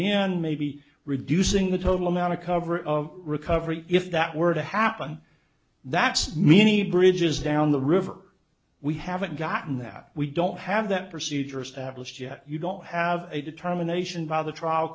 in maybe reducing the total amount of coverage of recovery if that were to happen that's many bridges down the river we haven't gotten that we don't have that procedure established yet you don't have a determination by the trial